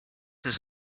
his